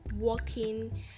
walking